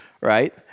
right